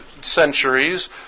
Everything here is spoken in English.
centuries